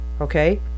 okay